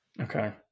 Okay